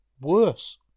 worse